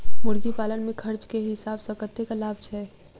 मुर्गी पालन मे खर्च केँ हिसाब सऽ कतेक लाभ छैय?